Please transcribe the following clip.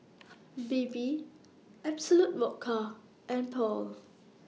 Bebe Absolut Vodka and Paul